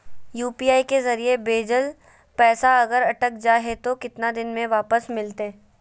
UPI के जरिए भजेल पैसा अगर अटक जा है तो कितना दिन में वापस मिलते?